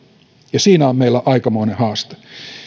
ja siinä on meillä aikamoinen haaste